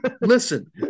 Listen